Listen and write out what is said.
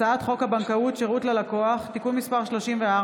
הצעת חוק הבנקאות (שירות ללקוח) (תיקון מס' 34)